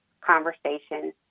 conversation